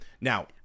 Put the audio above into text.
Now